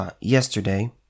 yesterday